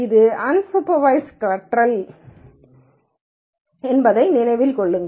இது அன்சூப்பர்வய்ஸ்ட் கற்றல் என்பதையும் நினைவில் கொள்ளுங்கள்